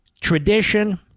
tradition